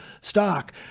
stock